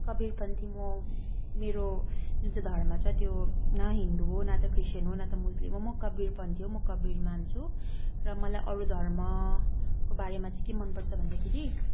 कबीरपन्थी म मेरो जुनचाहिँ धर्म छ त्यो न हिन्दू हो न त क्रिश्चियन न त मुस्लिम हो म कबीरपन्थी हो म कबीर मान्छु र मलाई अरू धर्मको बारेमा के मनपर्छ भन्दाखेरि